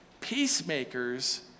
Peacemakers